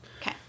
Okay